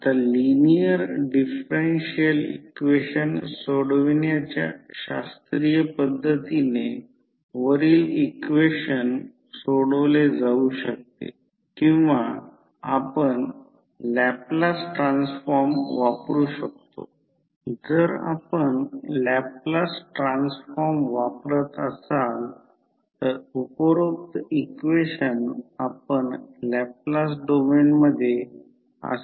आता core flux प्रत्यक्षात no load phasor आकृती कोर फ्लक्स प्रायमरी आणि सेकंडरी वाइंडिंगमध्ये कॉमन आहे हे मी सुरुवातीला दाखविलेल्या ट्रान्सफॉर्मरमध्ये होते आणि अशा प्रकारे फेजर आकृती संदर्भ म्हणून घेतली आहे